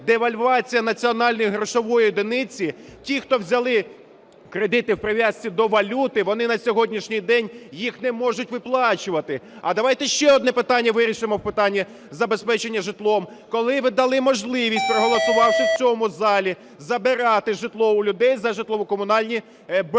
девальвація національної грошової одиниці, ті, хто взяли кредити у прив'язці до валюти, вони на сьогоднішній день їх не можуть виплачувати. А давайте ще одне питання вирішимо в питанні забезпечення житлом. Коли ви дали можливість, проголосувавши в цьому залі, забирати житло у людей за житлово-комунальні борги.